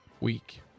week